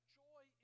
joy